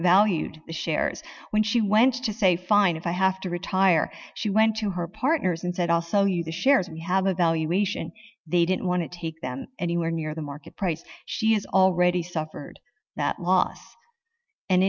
valued the shares when she went to say fine if i have to retire she went to her partners and said i'll sell you the shares we have a valuation they didn't want to take them anywhere near the market price she has already suffered that loss and